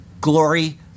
glory